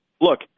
look